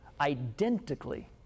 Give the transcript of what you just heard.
identically